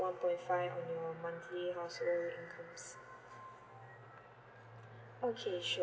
one point five on your monthly household incomes okay sure